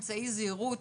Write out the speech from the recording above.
אמצעי זהירות,